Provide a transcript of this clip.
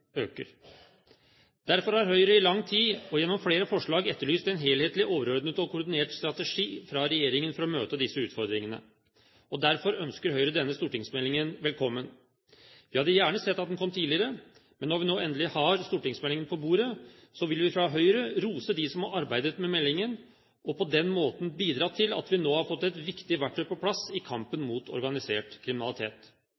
Derfor har Høyre i lang tid og gjennom flere forslag etterlyst en helhetlig, overordnet og koordinert strategi fra regjeringen for å møte disse utfordringene. Derfor ønsker Høyre denne stortingsmeldingen velkommen. Vi hadde gjerne sett at den hadde kommet tidligere, men når vi nå endelig har meldingen på bordet, vil vi fra Høyre rose dem som har arbeidet med den og på den måten bidratt til at vi nå har fått et viktig verktøy på plass i